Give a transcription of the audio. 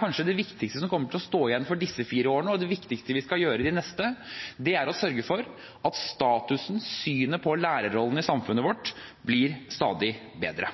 Kanskje det viktigste som kommer til å stå igjen etter disse fire årene, og det viktigste vi skal gjøre i de neste, er å sørge for at statusen for og synet på lærerrollen i samfunnet vårt blir stadig bedre.